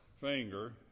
finger